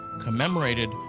commemorated